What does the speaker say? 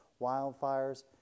wildfires